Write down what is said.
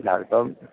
ഇല്ല അതിപ്പോള്